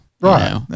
Right